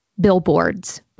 billboards